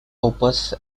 opus